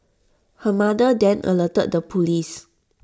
her mother then alerted the Police